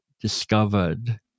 discovered